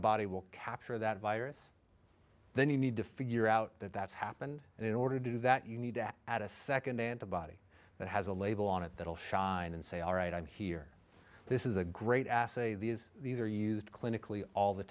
body will capture that virus then you need to figure out that that's happened and in order to do that you need to add a second antibody that has a label on it that will shy in and say all right i'm here this is a great asset these these are used clinically all the